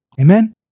Amen